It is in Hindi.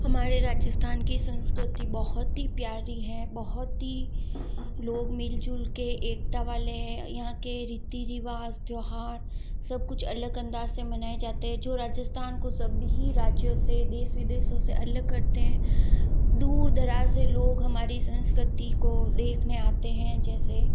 हमारे राजस्थान की संस्कृति बहुत ही प्यारी है बहुत ही लोग मिलजुल के एकता वाले हैं यहाँ के रीति रिवाज त्यौहार सब कुछ अलग अंदाज़ से मनाए जाते हैं जो राजस्थान को सभी राज्यों से देश विदेशों से उसे अलग करते हैं दूर दराज़ से लोग हमारी संस्कृति को देखने आते हैं जैसे